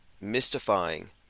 mystifying